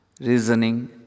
reasoning